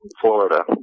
Florida